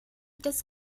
des